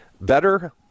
better